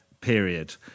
period